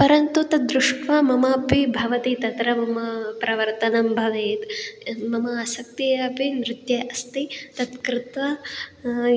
परन्तु तद् दृष्ट्वा ममापि भवति तत्र मम प्रवर्तनं भवेत् यद् मम आसक्तिः अपि नृत्ये अस्ति तत् कृत्वा